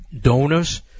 donors